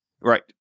Right